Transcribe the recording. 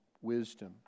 wisdom